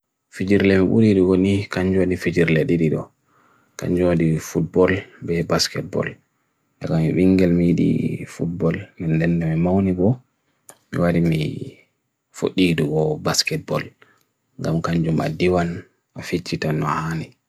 Fijir le m'wurid wunni kanjwani fijir le didi do Kanjwadi futbol be basketbol Daghanyu wingel me di futbol M'n dende me mawne bo Bwari me futdi do basketbol Daghanyu maddi wan Afitjitwa nw'aani